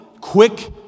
quick